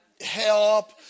help